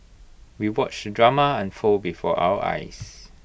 we watched drama unfold before our eyes